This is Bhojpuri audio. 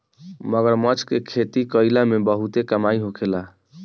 मगरमच्छ के खेती कईला में बहुते कमाई होखेला